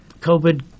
COVID